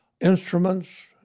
instruments